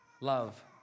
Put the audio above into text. Love